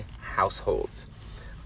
households